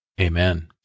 Amen